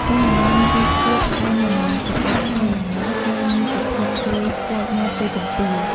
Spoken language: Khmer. នំល្ងមានរសជាតិផ្អែមល្មម ក្រអូបឈ្ងុយល្ងរ ហើយមានសភាពស្រួយប្លែកមាត់ពេលទំពារ។